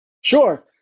Sure